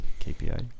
KPI